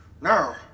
Now